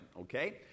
okay